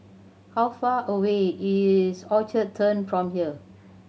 how far away is Orchard Turn from here